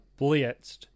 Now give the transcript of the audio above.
blitzed